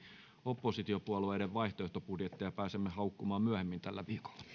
oppositiopuolueiden vaihtoehtobudjetteja pääsemme haukkumaan myöhemmin tällä viikolla